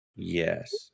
Yes